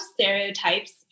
stereotypes